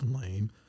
lame